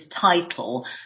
title